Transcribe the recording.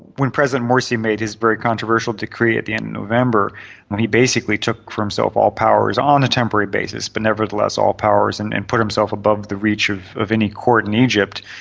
when president morsi made his very controversial decree at the end of november, when he basically took for himself all powers, on a temporary basis but nevertheless all powers and and put himself above the reach of of any court in egypt,